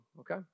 okay